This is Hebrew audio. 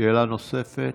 שאלה נוספת.